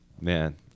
man